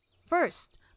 First